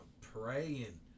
praying